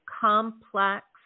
complex